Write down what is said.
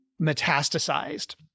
metastasized